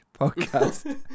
podcast